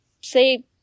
say